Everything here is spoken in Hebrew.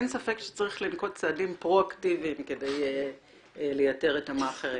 אין ספק שיש לנקוט צעדים פרו-אקטיביים כדי לייתר את המאכערים.